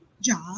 job